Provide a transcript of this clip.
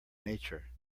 nature